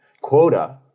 quota